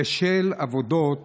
בשל עבודות